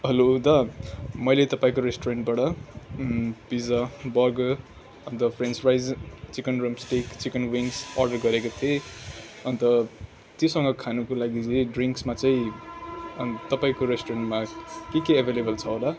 hello दा मैले तपाईँको रेस्टुरेन्टबाट pizza burger and french fries chicken stick chicken rings order गरेको थिएँ अन्त त्योसँग खानको लागि चाहिँ ड्रिङ्समा चाहिँ तपाईँको रेस्टुरेन्टमा के के एभाइलेबल छ होला